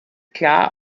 klar